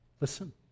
Listen